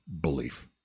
belief